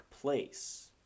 place